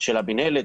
של המינהלת.